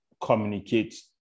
communicate